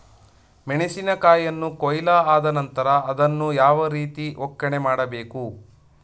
ಮೆಣಸಿನ ಕಾಯಿಯನ್ನು ಕೊಯ್ಲು ಆದ ನಂತರ ಅದನ್ನು ಯಾವ ರೀತಿ ಒಕ್ಕಣೆ ಮಾಡಬೇಕು?